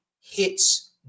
hits